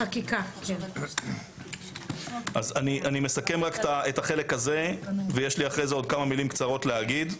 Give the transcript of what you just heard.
אני מסכם את החלק הזה ואחרי כן יש לי עוד כמה מילים קצרות להגיד.